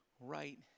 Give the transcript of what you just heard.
right